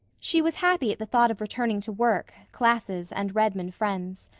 she was happy at the thought of returning to work, classes and redmond friends.